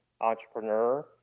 entrepreneur